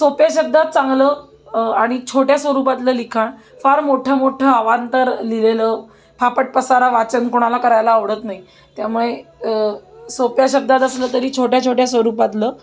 सोप्या शब्दात चांगलं आणि छोट्या स्वरूपातलं लिखाण फार मोठं मोठं अवांतर लिहिलेलं फापटपसारा वाचन कोणाला करायला आवडत नाही त्यामुळे सोप्या शब्दात असलं तरी छोट्या छोट्या स्वरूपातलं